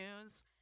news